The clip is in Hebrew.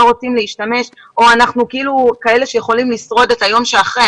רוצים להשתמש בהם או אנחנו כאלה שיכולים לשרוד את היום שאחרי.